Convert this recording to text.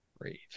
Great